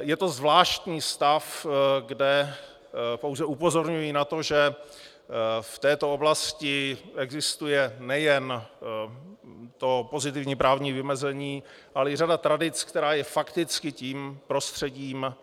Je to zvláštní stav, kde pouze upozorňuji na to, že v této oblasti existuje nejen to pozitivní právní vymezení, ale i řada tradic, která je fakticky tím prostředím